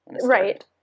right